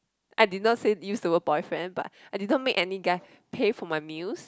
I did not say use the word boyfriend but I didn't made any guy pay for my meals